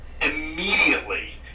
Immediately